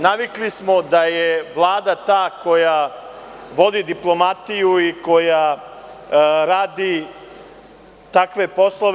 Navikli smo da je Vlada ta koja vodi diplomatiju i koja radi takve poslove.